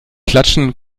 klatschen